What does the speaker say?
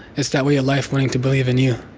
it's that way of life wanting to believe in you.